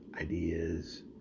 ideas